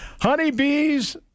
Honeybees